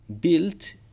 built